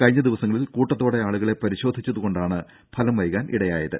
കഴിഞ്ഞ ദിവസങ്ങളിൽ കൂട്ടത്തോടെ ആളുകളെ പരിശോധിച്ചതുകൊണ്ടാണ് ഫലം വൈകാൻ ഇടയായത്